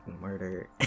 murder